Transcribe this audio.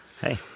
Hey